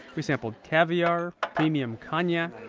we sampled caviar, premium cognac